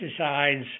pesticides